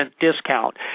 discount